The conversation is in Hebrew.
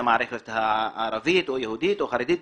המערכת הערבית או היהודית או החרדית.